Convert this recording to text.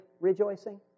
rejoicing